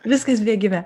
viskas bėgime